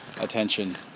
attention